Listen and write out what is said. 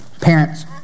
Parents